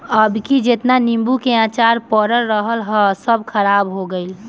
अबकी जेतना नीबू के अचार पड़ल रहल हअ सब खराब हो गइल